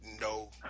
No